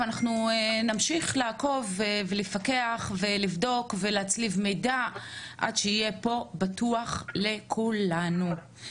ואנחנו נמשיך לעקוב ולפקח ולבדוק ולהצליב מידע עד שיהיה פה בטוח לכולנו.